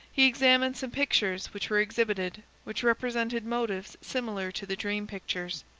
he examined some pictures which were exhibited, which represented motives similar to the dream pictures.